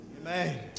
Amen